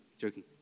Joking